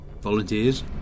Volunteers